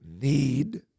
need